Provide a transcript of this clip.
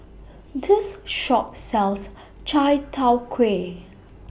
This Shop sells Chai Tow Kway